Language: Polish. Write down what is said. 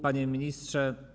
Panie Ministrze!